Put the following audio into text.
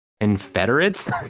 Confederates